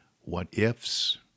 what-ifs